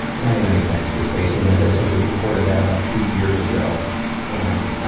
many, many thanks to stacey and as i said we recorded that about two years ago and ah